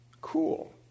Cool